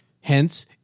Hence